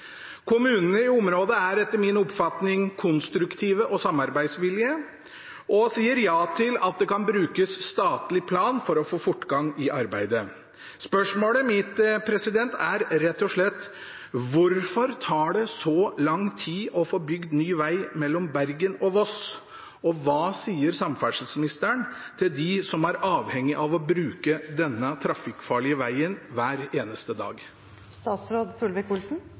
Kommunene i området er etter min oppfatning konstruktive og samarbeidsvillige og sier ja til at det kan brukes statlig plan for å få fortgang i arbeidet. Spørsmålet mitt er rett og slett: Hvorfor tar det så lang tid å få bygd ny veg mellom Bergen og Voss? Og hva sier samferdselsministeren til dem som er avhengige av å bruke denne trafikkfarlige vegen hver eneste